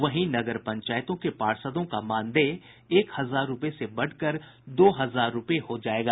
वहीं नगर पंचायतों के पार्षदों का मानदेय एक हजार रूपये से बढ़कर दो हजार रूपये हो जायेगा